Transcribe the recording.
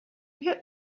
hit